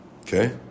okay